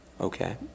Okay